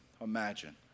imagine